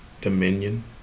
Dominion